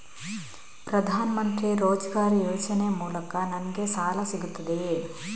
ಪ್ರದಾನ್ ಮಂತ್ರಿ ರೋಜ್ಗರ್ ಯೋಜನೆ ಮೂಲಕ ನನ್ಗೆ ಸಾಲ ಸಿಗುತ್ತದೆಯೇ?